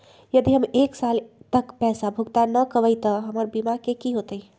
यदि हम एक साल तक पैसा भुगतान न कवै त हमर बीमा के की होतै?